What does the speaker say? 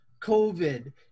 COVID